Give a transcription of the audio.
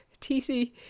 TC